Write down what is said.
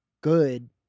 good